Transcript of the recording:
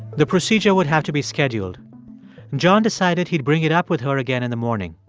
the procedure would have to be scheduled. and john decided he'd bring it up with her again in the morning.